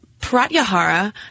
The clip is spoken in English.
Pratyahara